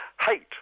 hate